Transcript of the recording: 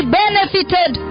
benefited